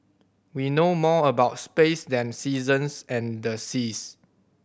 we know more about space than seasons and the seas